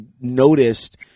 noticed